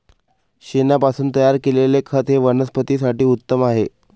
शेणापासून तयार केलेले खत हे वनस्पतीं साठी उत्तम आहे